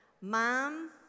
Mom